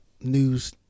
news